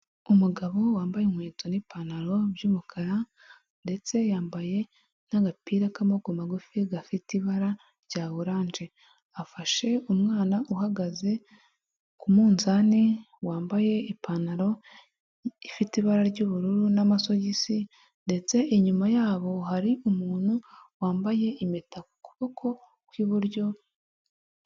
Umugabo wambaye inkweto n'ipantaro by'umukara, ndetse yambaye n'agapira k'amaboko magufi, gafite ibara rya oranje, afashe umwana uhagaze ku munzani, wambaye ipantaro ifite ibara ry'ubururu n'amasogisi, ndetse inyuma yabo hari umuntu wambaye impeta ku kuboko kw'iburyo.